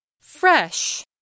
Fresh